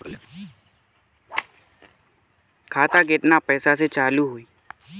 खाता केतना पैसा से चालु होई?